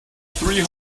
three